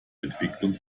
entwicklung